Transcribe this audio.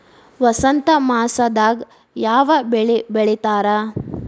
ವಸಂತ ಮಾಸದಾಗ್ ಯಾವ ಬೆಳಿ ಬೆಳಿತಾರ?